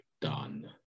done